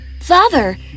Father